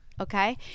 Okay